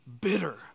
bitter